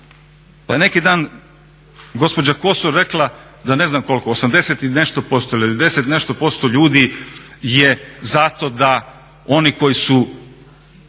Neki dan je gospođa Kosor rekla da ne znam koliko, 80 i nešto posto ili 90 i nešto posto ljudi je zato da oni koji su